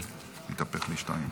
התהפכו לי שניים.